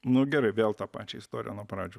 nu gerai vėl tą pačią istoriją nuo pradžių